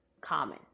common